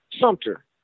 Sumter